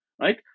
right